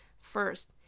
first